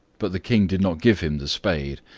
but the king did not give him the spade,